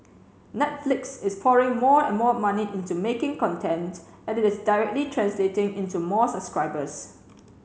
Netflix is pouring more and more money into making content and it is directly translating into more subscribers